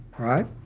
Right